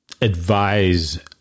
advise